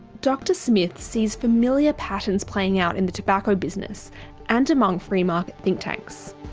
dr smith sees familiar patterns playing out in the tobacco business and among free market think tanks.